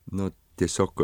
nu tiesiog